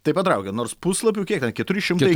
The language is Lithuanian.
tai patraukė nors puslapių kiek ten keturi šimtai